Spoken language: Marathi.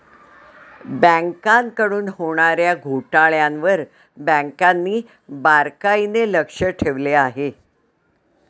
बँकांकडून होणार्या घोटाळ्यांवर बँकांनी बारकाईने लक्ष ठेवले आहे